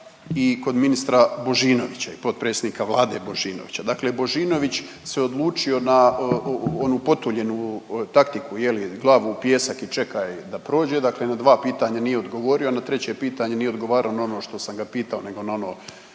i kod ministra Božinovića i potpredsjednika Vlade Božinovića. Dakle Božinović se odlučio na onu potuljenu taktiku je li glavu u pijesak i čekaj da prođe, dakle na dva pitanja nije odgovorio, na treće pitanje nije odgovarao na ono što sam ga pitao nego na ono